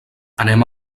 anem